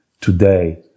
today